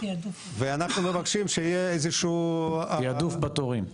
ואנחנו מבקשים שיהיה תעדוף בתורים.